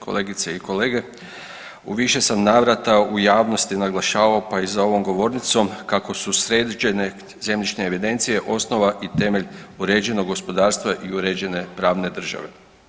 Kolegice i kolege, u više sam navrata u javnosti naglašavao pa i za ovom govornicom kako su sređene zemljišne evidencije osnova i temelj uređenog gospodarstva i uređene pravne države.